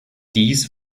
dies